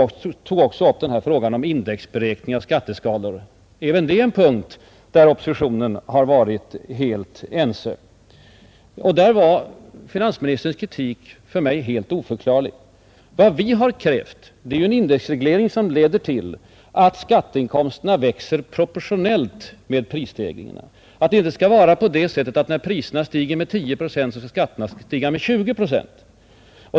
Herr Sträng tog också upp frågan om indexreglering av skatteskalorna. Även det är en punkt där oppositionen varit helt ense. Finansministerns kritik i det avseendet är för mig helt oförklarlig. Vad vi krävt är en indexreglering som medför att skatteinkomsterna växer proportionellt med prisstegringarna, men inte att skatterna stiger med 20 procent när inkomsterna stiger med 10 procent.